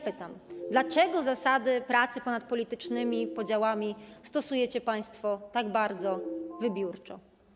Pytam: Dlaczego zasady pracy ponad politycznymi podziałami stosujecie państwo tak bardzo wybiórczo?